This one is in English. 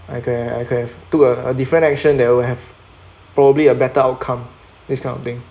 I could have I could have two uh different action that would have probably a better outcome this kind of thing